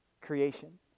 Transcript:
Creation